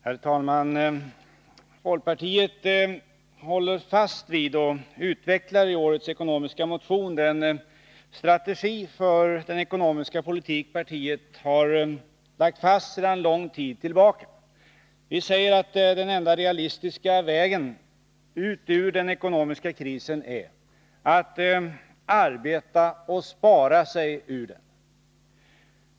Herr talman! Folkpartiet håller fast vid och utvecklar i årets ekonomiska motion strategin för den ekonomiska politik partiet har fastlagd sedan lång tid tillbaka. Vi säger att den enda realistiska vägen ut ur den ekonomiska krisen är att arbeta och spara sig ur den.